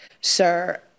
Sir